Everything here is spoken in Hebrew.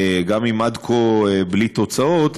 גם אם עד כה בלי תוצאות,